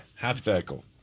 Hypothetical